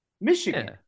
Michigan